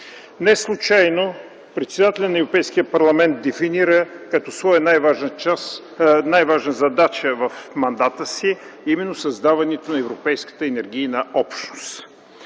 Неслучайно председателят на Европейския парламент дефинира като своя най-важна задача в мандата си създаването на Европейската енергийна общност.